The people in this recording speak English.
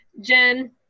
Jen